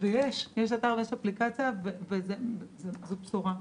יש אתר ויש אפליקציה, וזו בשורה.